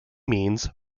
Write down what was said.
means